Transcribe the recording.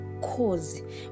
cause